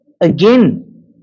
again